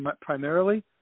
primarily